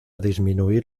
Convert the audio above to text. disminuir